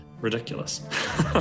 ridiculous